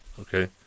okay